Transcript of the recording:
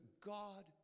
God